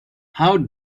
how